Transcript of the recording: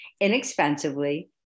inexpensively